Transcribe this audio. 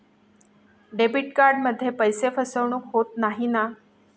Debit कार्डमध्ये पैसे फसवणूक होत नाही ना?